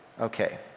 Okay